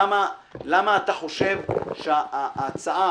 למה אתה חושב שהצעה,